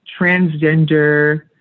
transgender